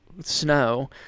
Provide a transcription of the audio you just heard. Snow